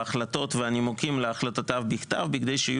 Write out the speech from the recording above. ההחלטות והנימוקים להחלטותיו בכתב בכדי שיהיה